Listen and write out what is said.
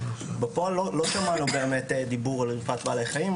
אבל בפועל לא באמת שמענו דיבור על רווחת בעלי החיים.